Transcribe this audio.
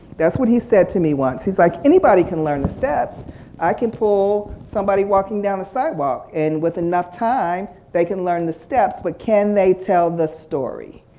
that's what he said to me once he's like anybody can learn the steps i can pull somebody walking down the sidewalk and with enough time they can learn the steps but can they tell the story?